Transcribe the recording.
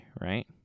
right